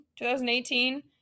2018